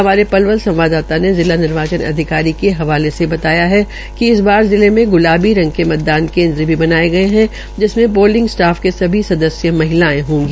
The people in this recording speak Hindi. हमारे पलवल संवाददाता ने जिला निर्वाचन अधिकारी के हवाले से बताया कि इस बार जिले मे गुलाबी रंग के मतदान केन्द्र भी बनायें गये है जिनमें पोलिंग स्टाफ के सभी सदस्य महिलायें होगी